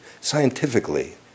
Scientifically